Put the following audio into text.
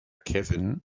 kevin